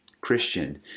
Christian